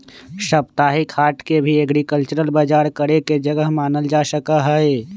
साप्ताहिक हाट के भी एग्रीकल्चरल बजार करे के जगह मानल जा सका हई